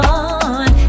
on